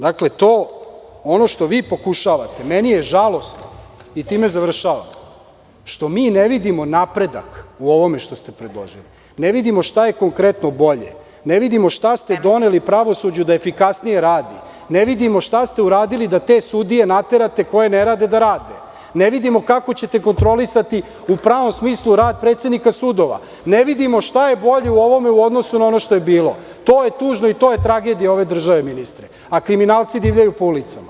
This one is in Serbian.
Dakle, ono što vi pokušavate, meni je žalosno, time završavam, što mi ne vidimo napredak u ovome što ste predložili, ne vidimo šta je konkretno bolje, ne vidimo šta ste doneli pravosuđu da efikasnije radi, ne vidimo šta ste uradili da te sudije naterate koje ne rade da rade, ne vidimo kako ćete kontrolisati u pravom smislu rad predsednika sudova, ne vidimo šta je bolje u ovome u odnosu na ono što je bilo, to je tužno i to je tragedija ove države, ministre, a kriminalci divljaju po ulicama.